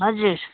हजुर